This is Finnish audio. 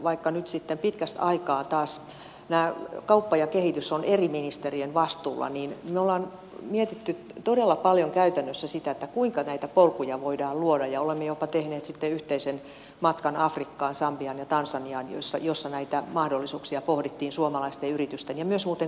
vaikka nyt sitten pitkästä aikaa taas nämä kauppa ja kehitys ovat eri ministerien vastuulla niin me olemme miettineet todella paljon käytännössä sitä kuinka näitä polkuja voidaan luoda ja olemme jopa tehneet sitten yhteisen matkan afrikkaan sambiaan ja tansaniaan missä näitä mahdollisuuksia pohdittiin suomalaisten yritysten ja myös muuten kansalaisjärjestöjen kanssa